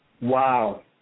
Wow